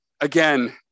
again